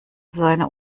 seiner